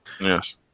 Yes